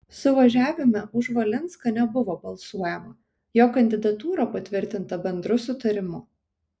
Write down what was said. suvažiavime už valinską nebuvo balsuojama jo kandidatūra patvirtinta bendru sutarimu